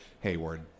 Hayward